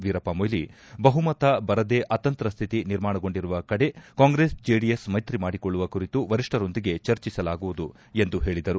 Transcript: ವೀರಪ್ಪಮೊಯ್ಲಿ ಬಹುಮತ ಬರದೆ ಅತಂತ್ರ ಸ್ಟಿತಿ ನಿರ್ಮಾಣಗೊಂಡಿರುವ ಕಡೆ ಕಾಂಗ್ರೆಸ್ ಜೆಡಿಎಸ್ ಮೈತ್ರಿ ಮಾಡಿಕೊಳ್ಳುವ ಕುರಿತು ವರಿಷ್ಠರೊಂದಿಗೆ ಚರ್ಚಿಸಲಾಗುವುದು ಎಂದು ಹೇಳಿದರು